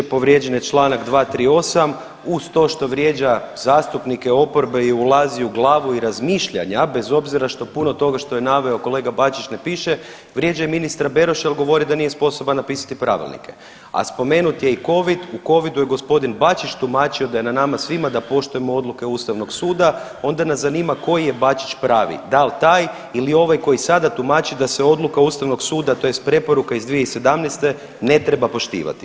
Povrijeđen je čl. 238., uz to što vrijeđa zastupnike oporbe i ulazi u glavu i razmišljanja bez obzira što puno toga što je naveo kolega Bačić ne piše, vrijeđa i ministra Beroša jel govori da nije sposoban napisati pravilnike, a spomenut je i covid, u covidu je g. Bačić tumačio da je na nama svima da poštujemo odluke ustavnog suda, onda nas zanima koji je Bačić pravi, dal taj ili ovaj koji sada tumači da se odluka ustavnog suda tj. preporuka iz 2017. ne treba poštivati.